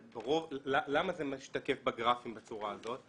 למה זה משתקף בגרפים בצורה הזאת?